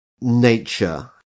nature